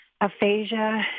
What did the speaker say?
Aphasia